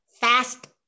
Fast